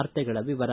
ವಾರ್ತೆಗಳ ವಿವರ